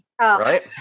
right